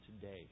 today